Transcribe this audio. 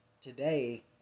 today